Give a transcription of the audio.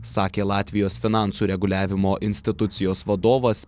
sakė latvijos finansų reguliavimo institucijos vadovas